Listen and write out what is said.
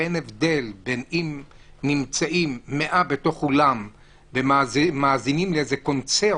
הרי אין הבדל אם נמצאים 100 בתוך אולם ומאזינים לאיזה קונצרט,